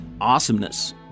awesomeness